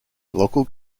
local